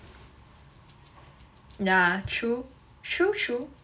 mm yeah true true true